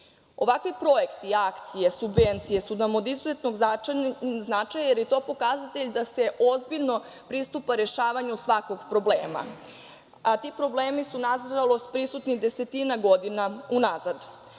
projekti i akcije, subvencije, su nam od izuzetnog značaja jer je to pokazatelj da se ozbiljno pristupa rešavanju svakog problema, a ti problemi su, nažalost, prisutni desetina godina unazad. Ali,